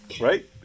Right